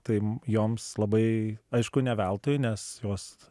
tai joms labai aišku ne veltui nes jos